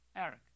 Eric